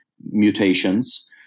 mutations